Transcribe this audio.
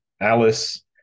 Alice